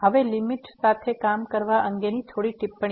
તેથી હવે લીમીટ સાથે કામ કરવા અંગેની થોડી ટિપ્પણી